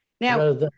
Now